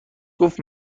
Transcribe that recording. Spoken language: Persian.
گفت